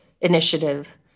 initiative